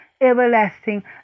everlasting